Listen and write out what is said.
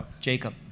Jacob